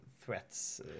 threats